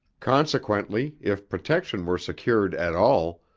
consequently, if protection were secured at all,